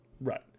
Right